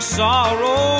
sorrow